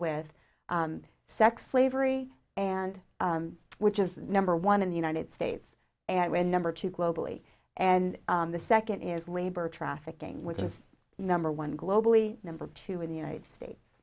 with sex slavery and which is number one in the united states and number two globally and the second is labor trafficking which is number one globally number two in the united states